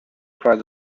cried